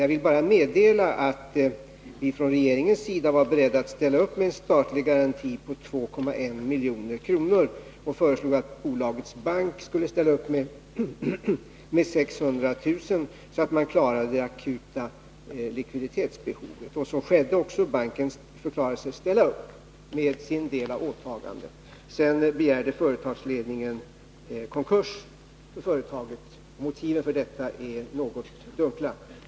Jag vill bara meddela att vi från regeringens sida var beredda att ställa upp med en statlig garanti på 2,1 milj.kr. och föreslog att bolagets bank skulle ställa upp med 600 000 kr., för att man skulle klara det akuta likviditetsbehovet. Så skedde också — banken förklarade sig beredd att ställa upp med sin del av åtagandet. Sedan begärde företagsledningen konkurs för företaget. Motiven för detta är något dunkla.